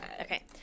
Okay